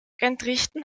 entrichten